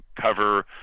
cover